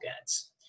ads